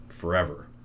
forever